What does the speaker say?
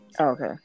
Okay